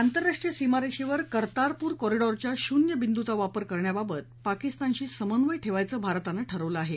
आंतरराष्ट्रीय सीमारेषेवर कर्तारपूर कॉरिडॉरच्या शून्य बिंदूचा वापर करण्याबाबत पाकिस्तानशी समन्वय ठेवायचं भारतानं ठरवलं आहे